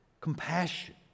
compassion